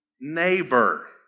neighbor